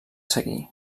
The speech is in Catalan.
seguir